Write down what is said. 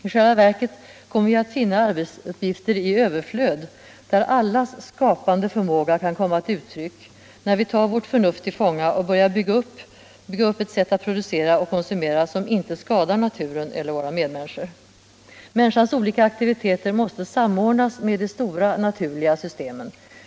I själva verket kommer vi att finna arbetsuppgifter i överflöd, där allas skapande förmåga kan komma till uttryck, när vi tar vårt förnuft till fånga och börjar bygga upp ett sätt att producera och konsumera som inte skadar naturen eller våra medmänniskor. Människans olika aktiviteter måste samordnas med de stora naturliga systemen.